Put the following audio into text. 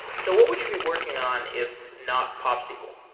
so what would you be working on if not popsql?